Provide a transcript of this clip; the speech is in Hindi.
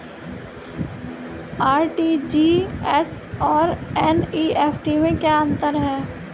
आर.टी.जी.एस और एन.ई.एफ.टी में क्या अंतर है?